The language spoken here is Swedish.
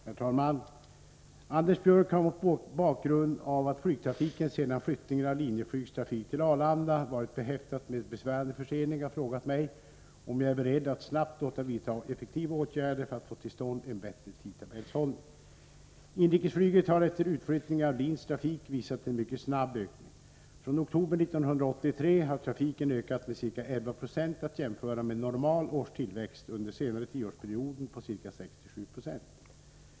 Herr talman! Anders Björck har mot bakgrund av att flygtrafiken sedan flyttningen av Linjeflygs trafik till Arlanda varit behäftad med besvärande förseningar frågat mig om jag är beredd att snabbt låta vidta effektiva åtgärder för att få till stånd en bättre tidtabellshållning. Inrikesflyget har efter utflyttningen av LIN:s trafik visat en mycket snabb ökning. Från oktober 1983 har trafiken ökat med ca 11 20, att jämföra med en normal årstillväxt under den senaste tioårsperioden på ca 6-7 90.